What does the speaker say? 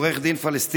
עורך דין פלסטיני,